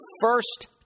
first